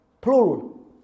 plural